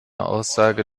aussage